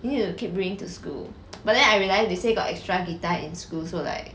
you need to keep bringing to school but then I realise they say got extra guitar in school so like